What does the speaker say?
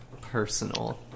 personal